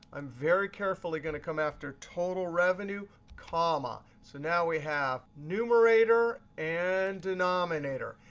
i'm very carefully going to come after total revenue, comma. so now we have numerator and denominator.